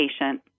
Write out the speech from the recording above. patient